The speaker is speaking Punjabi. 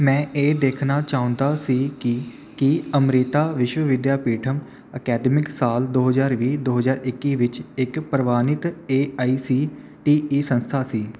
ਮੈਂ ਇਹ ਦੇਖਣਾ ਚਾਹੁੰਦਾ ਸੀ ਕਿ ਕੀ ਅਮ੍ਰਿਤਾ ਵਿਸ਼ਵ ਵਿਦਿਆਪੀਠਮ ਅਕਾਦਮਿਕ ਸਾਲ ਦੋ ਹਜ਼ਾਰ ਵੀਹ ਦੋ ਹਜ਼ਾਰ ਇੱਕੀ ਵਿੱਚ ਇੱਕ ਪ੍ਰਵਾਨਿਤ A I C T E ਸੰਸਥਾ ਸੀ